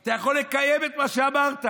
אתה יכול לקיים את מה שאמרת.